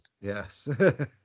Yes